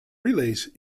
relays